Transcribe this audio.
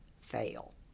fail